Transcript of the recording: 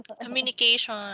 communication